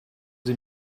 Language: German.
sie